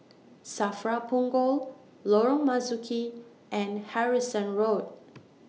SAFRA Punggol Lorong Marzuki and Harrison Road